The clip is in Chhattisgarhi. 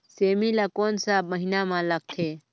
सेमी ला कोन सा महीन मां लगथे?